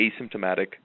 asymptomatic